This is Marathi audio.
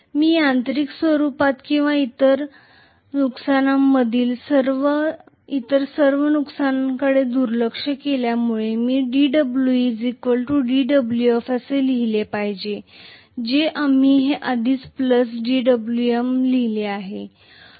मी यांत्रिक स्वरूपात किंवा इतर नुकसानांमधील इतर सर्व नुकसानींकडे दुर्लक्ष केल्यास मी dwe dwf असे लिहिले पाहिजे जे आम्ही हे आधीचे प्लस dwM लिहिले आहे